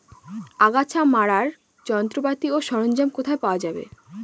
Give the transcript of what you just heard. আগাছা মারার যন্ত্রপাতি ও সরঞ্জাম কোথায় পাওয়া যাবে?